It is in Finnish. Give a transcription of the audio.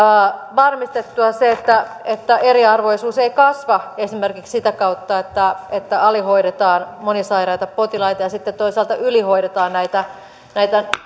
varmistettua se että että eriarvoisuus ei kasva esimerkiksi sitä kautta että että alihoidetaan monisairaita potilaita ja sitten toisaalta ylihoidetaan näitä näitä